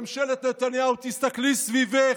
ממשלת נתניהו, תסתכלי סביבך.